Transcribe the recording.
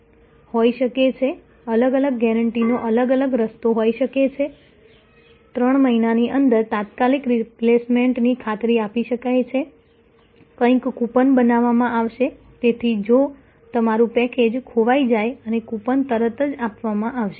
તે multi attribute હોઈ શકે છે અલગ અલગ ગેરંટીનો અલગ અલગ રસ્તો હોઈ શકે છે 3 મહિનાની અંદર તાત્કાલિક રિપ્લેસમેન્ટની ખાતરી આપી શકાય છે કંઈક કૂપન આપવામાં આવશે તેથી જો તમારું પેકેજ ખોવાઈ જાય અને કૂપન તરત જ આપવામાં આવશે